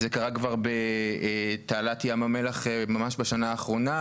זה קרה כבר בתעלת ים המלח ממש בשנה האחרונה.